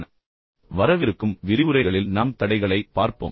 எனவே வரவிருக்கும் விரிவுரைகளில் நாம் தடைகளை பார்ப்போம்